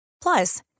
Plus